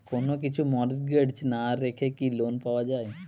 কোন কিছু মর্টগেজ না রেখে কি লোন পাওয়া য়ায়?